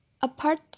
apart